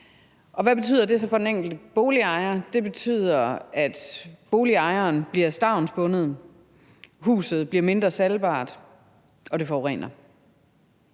Hvad betyder det så for den enkelte boligejer? Det betyder, at boligejeren bliver stavnsbundet, huset bliver mindre salgbart og det forurener.